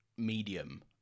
medium